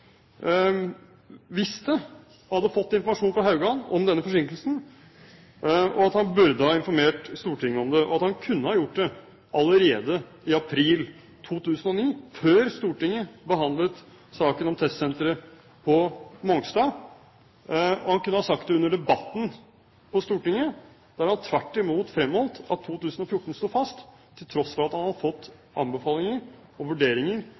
visste og hadde fått informasjon fra Haugan om denne forsinkelsen, og at han burde ha informert Stortinget om det. Han kunne ha gjort det allerede i april 2009, før Stortinget behandlet saken om testsenteret på Mongstad, og han kunne ha sagt det under debatten i Stortinget, der han tvert imot fremholdt at 2014 sto fast, til tross for at han hadde fått anbefalinger og vurderinger